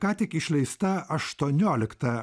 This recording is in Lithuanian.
ką tik išleista aštuoniolikta